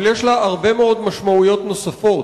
אבל יש לה הרבה מאוד משמעויות נוספות.